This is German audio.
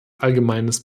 allgemeines